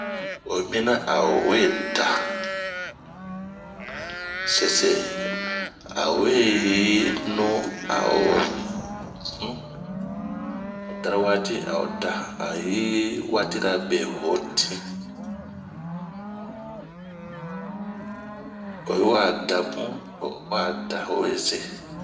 Oyi mina a o we daa sese, ao we yi nu a o vunu, ho darowati adaa aoyi watira be hotin..oyi wa dabun to owa dawesse.